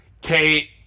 Kate